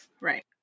right